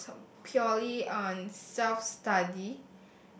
it was purely on self study